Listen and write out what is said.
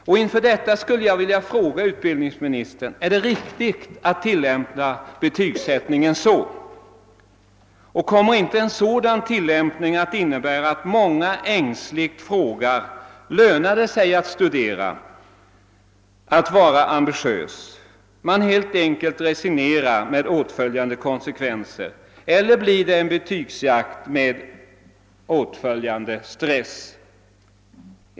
Mot denna bakgrund vill jag fråga utbildningsministern: Är det riktigt att göra betygssättningen på det sättet, och kommer inte en sådan tillämpning att innebära att många med ängslan kommer att fråga om det verkligen lönar sig att studera och att vara ambitiös? Då resignerar man helt enkelt — med de konsekvenser detta för med sig — eller också blir det en betygsjakt med åtföljande stress.